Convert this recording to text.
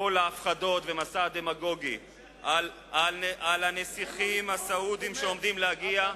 כל ההפחדות והמסע הדמגוגי על הנסיכים הסעודים שעומדים להגיע,